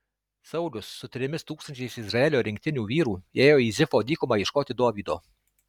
saulius su trimis tūkstančiais izraelio rinktinių vyrų ėjo į zifo dykumą ieškoti dovydo